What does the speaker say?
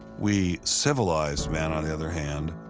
we civilized men, on the other hand,